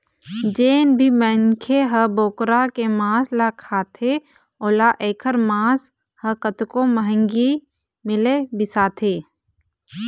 जेन भी मनखे ह बोकरा के मांस ल खाथे ओला एखर मांस ह कतको महंगी मिलय बिसाथे